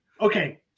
okay